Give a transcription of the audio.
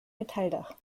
metalldach